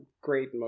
great